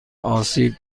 آسیب